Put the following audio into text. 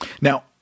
Now